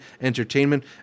entertainment